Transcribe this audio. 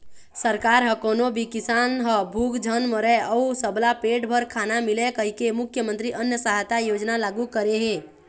सरकार ह कोनो भी किसान ह भूख झन मरय अउ सबला पेट भर खाना मिलय कहिके मुख्यमंतरी अन्न सहायता योजना लागू करे हे